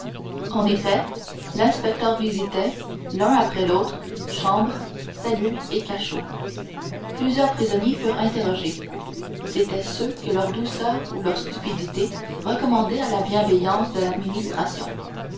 en effet l'inspecteur visitait l'un après l'autre chambres cellules et cachots plusieurs prisonniers furent interrogés c'étaient ceux que leur douceur ou leur stupidité recommandait à la bienveillance de l'administration